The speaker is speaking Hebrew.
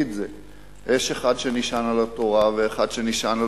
יש אחד שנשען על התורה ואחד שנשען על